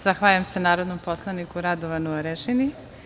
Zahvaljujem se narodnom poslaniku Radovanu Arežini.